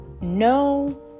no